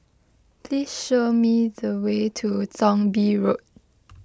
please show me the way to Thong Bee Road